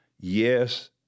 yes